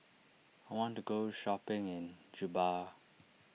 I want to go shopping in Juba